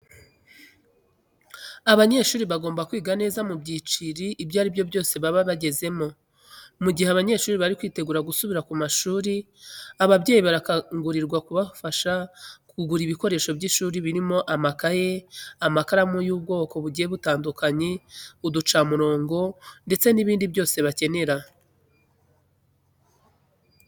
Abanyeshuri bagomba kwiga neza mu byiciro ibyo ari byo byose baba bagezemo. Mu gihe abanyeshuri bari kwitegura gusubira ku mashuri ababyeyi barakangurirwa kubafasha kugura ibikoresho by'ishuri birimo amakayi, amakaramu y'ubwoko bugiye butandukanye, uducamurongo ndetse n'ibindi byose bakeneye.